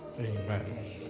Amen